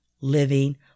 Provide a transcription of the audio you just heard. living